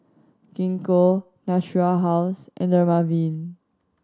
Gingko Natura House and Dermaveen